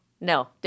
No